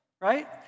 right